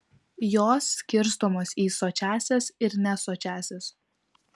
jos skirstomos į sočiąsias ir nesočiąsias